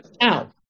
Now